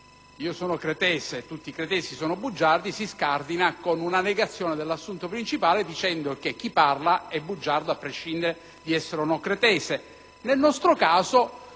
«Io sono cretese, tutti i cretesi sono bugiardi» si scardina con una negazione dell'assunto principale, dicendo cioè che chi parla è bugiardo a prescindere dall'essere o no cretese.